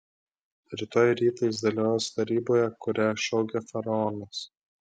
rytoj rytą jis dalyvaus taryboje kurią šaukia faraonas